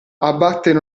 abbattere